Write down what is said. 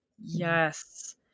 Yes